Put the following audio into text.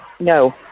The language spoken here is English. no